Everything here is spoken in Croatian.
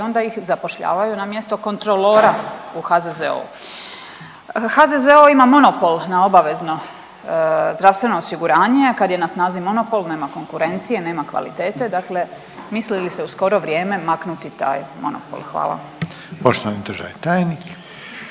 onda ih zapošljavaju na mjesto kontrolora u HZZO-u. HZZO ima monopol na obavezno zdravstveno osiguranje, a kad je na snazi monopol nema konkurencije, nema kvalitete. Dakle, misli li se u skoro vrijeme maknuti taj monopol? Hvala. **Reiner, Željko